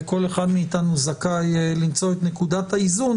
וכל אחד מאיתנו זכאי למצוא את נקודת האיזון,